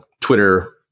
Twitter